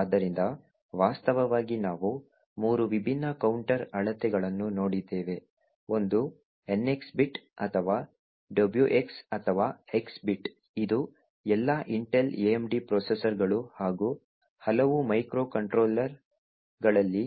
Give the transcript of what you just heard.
ಆದ್ದರಿಂದ ವಾಸ್ತವವಾಗಿ ನಾವು ಮೂರು ವಿಭಿನ್ನ ಕೌಂಟರ್ ಅಳತೆಗಳನ್ನು ನೋಡಿದ್ದೇವೆ ಒಂದು NX ಬಿಟ್ ಅಥವಾ WX ಅಥವಾ X ಬಿಟ್ ಇದು ಎಲ್ಲಾ ಇಂಟೆಲ್ AMD ಪ್ರೊಸೆಸರ್ಗಳು ಹಾಗೂ ಹಲವು ಮೈಕ್ರೋಕಂಟ್ರೋಲರ್ಗಳಲ್ಲಿ